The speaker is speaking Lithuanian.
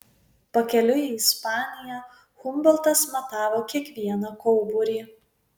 pakeliui į ispaniją humboltas matavo kiekvieną kauburį